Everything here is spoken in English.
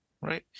right